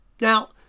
Now